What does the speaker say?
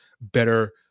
better